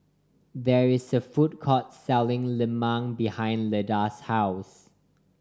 there is a food court selling lemang behind Leda's house